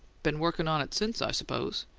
been workin' on it since, i suppose?